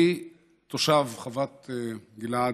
תושב חוות גלעד,